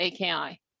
AKI